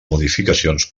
modificacions